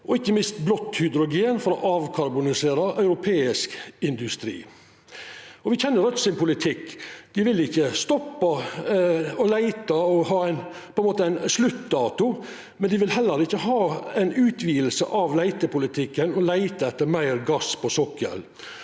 og ikkje minst blått hydrogen for å avkarbonisera europeisk industri. Me kjenner politikken til Raudt. Dei vil ikkje stoppa å leita og ha ein sluttdato, men dei vil heller ikkje ha ei utviding av leitepolitikken og leita etter meir gass på sokkelen.